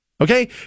Okay